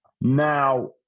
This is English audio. Now